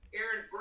Aaron